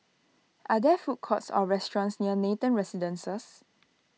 are there food courts or restaurants near Nathan Residences